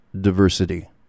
diversity